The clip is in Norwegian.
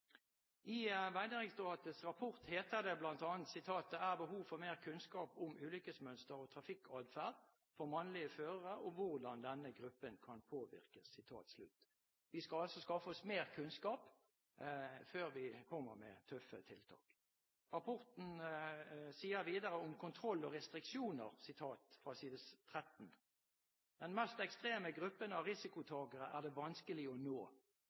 I Vegdirektoratets rapport heter det bl.a.: «Det er behov for mer kunnskap om ulykkesmønster og trafikkatferd for unge mannlige førere, og hvordan gruppen kan påvirkes.» Vi skal altså skaffe oss mer kunnskap før vi kommer med tøffe tiltak. På side 13 i rapporten står det videre om kontroll og restriksjoner: «Den mest ekstreme gruppen av risikotakere er vanskelig å nå.